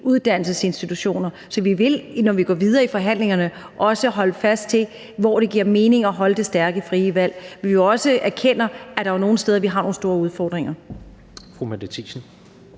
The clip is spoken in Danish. profiluddannelsesinstitutioner, så når vi går videre i forhandlingerne, vil vi også, hvor det giver mening, holde fast i det stærke frie valg. Men vi erkender også, at der er nogle steder, vi har nogle store udfordringer.